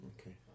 Okay